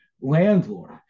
landlord